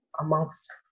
amongst